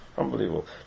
unbelievable